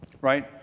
Right